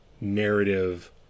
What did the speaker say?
narrative